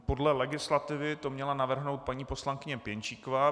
Podle legislativy to měla navrhnout paní poslankyně Pěnčíková.